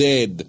Dead